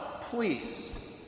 please